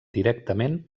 directament